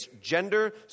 gender